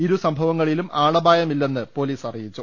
ഇരു സംഭവങ്ങളിലും ആളപായമില്ലന്ന് പൊലീസ് അറിയിച്ചു